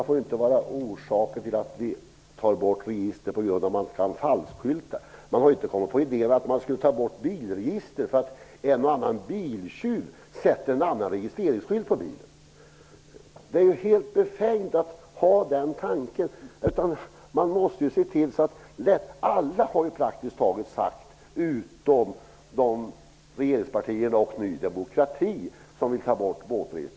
Fru talman! Orsaken till att vi tar bort ett register kan inte vara att det finns möjligheter att falskskylta. Ingen har kommit på idén att man skall ta bort bilregistret därför att en och annan biltjuv byter ut registeringsskyltar på bilar. En sådan tanke är helt befängd. Regeringspartierna och Ny demokrati har sagt att de vill avskaffa båtregistret.